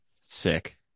Sick